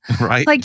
Right